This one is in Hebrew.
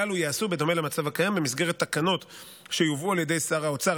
הללו ייעשו בדומה למצב הקיים במסגרת תקנות שיובאו על ידי שר האוצר,